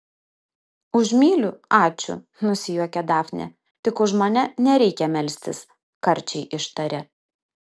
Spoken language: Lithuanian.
už myliu ačiū nusijuokė dafnė tik už mane nereikia melstis karčiai ištarė